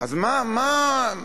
אז מה הוא אומר?